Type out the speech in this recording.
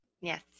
Yes